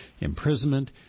imprisonment